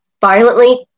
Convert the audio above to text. violently